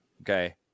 Okay